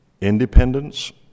independence